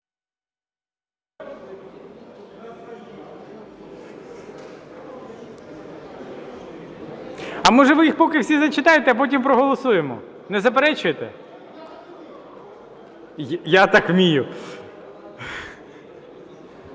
А може ви їх поки всі зачитаєте, а потім проголосуємо. Не заперечуєте? І я так вмію.